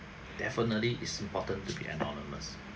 definitely it's important to be anonymous